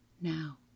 now